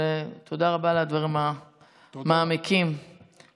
תודה רבה ברמה האישית על הדברים המעמיקים והמלמדים